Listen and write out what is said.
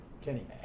Kenny